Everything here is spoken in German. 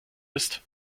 ist